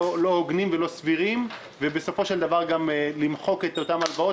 הוגנים ולא סבירים ובסופו של דבר גם למחוק את אותן הלוואות,